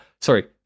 sorry